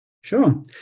Sure